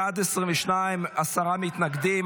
בעד 22, עשרה מתנגדים.